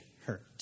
hurt